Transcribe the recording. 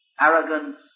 arrogance